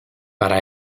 para